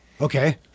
Okay